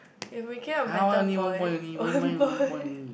you became a better boy one boy